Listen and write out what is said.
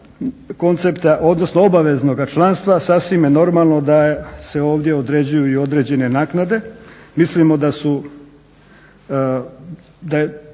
kakav imamo sad obaveznoga članstva sasvim je normalno da se ovdje određuju i određene naknade. Podržavamo